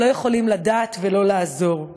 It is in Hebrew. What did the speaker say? לא יכולים לדעת ולא יכולים לעזור.